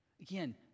again